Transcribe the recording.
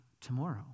tomorrow